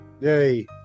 Yay